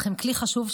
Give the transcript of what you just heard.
אך הם כלי חשוב,